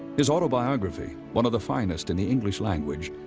his autobiography, one of the finest in the english language,